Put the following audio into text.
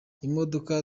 imodoka